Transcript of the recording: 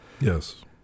Yes